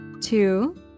two